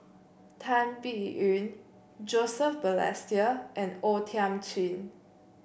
Tan Biyun Joseph Balestier and O Thiam Chin